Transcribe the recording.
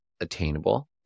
attainable